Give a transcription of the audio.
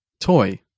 Toy